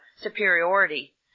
superiority